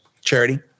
Charity